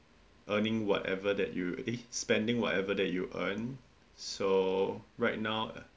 earning whatever that you eh spending whatever that you earn so right now uh